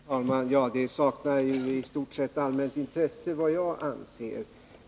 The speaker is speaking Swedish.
Herr talman! Det saknar ju i stort sett allmänt intresse vad jag anser.